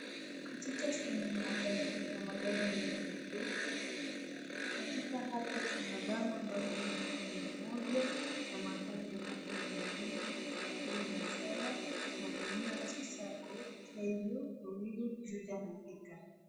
Katika stendi ya magari kuna magari ambayo yameegeshwa. Katika hapo kuna bango ambalo limeandikwa mia moja namahali ambapo ni 237 na dania T Sacco , Ruiru, Juja na Thika.